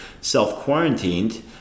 self-quarantined